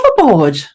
overboard